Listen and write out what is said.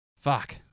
Fuck